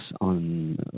on